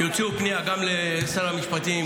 -- גם לשר המשפטים,